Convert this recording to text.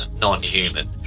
non-human